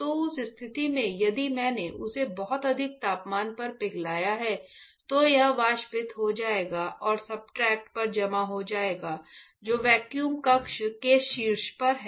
तो उस स्थिति में यदि मैंने उसे बहुत अधिक तापमान पर पिघलाया है तो यह वाष्पित हो जाएगा और सब्सट्रेट पर जमा हो जाएगा जो वैक्यूम कक्ष के शीर्ष पर है